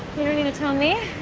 need to tell me?